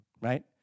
right